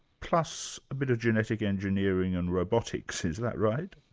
plus a bit of genetic engineering and robotics, is that right?